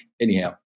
anyhow